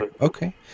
Okay